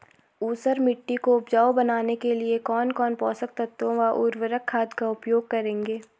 ऊसर मिट्टी को उपजाऊ बनाने के लिए कौन कौन पोषक तत्वों व उर्वरक खाद का उपयोग करेंगे?